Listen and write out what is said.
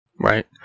Right